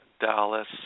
Dallas